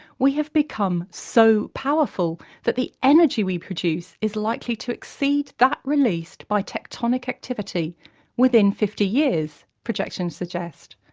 we've become so powerful that the energy we produce is likely to exceed that released by tectonic activity within fifty years, projections suggest.